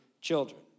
children